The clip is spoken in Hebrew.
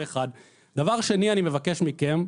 דבר שני שאני מבקש מכם,